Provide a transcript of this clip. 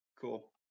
Cool